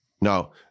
Now